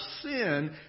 sin